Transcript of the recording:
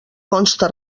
consta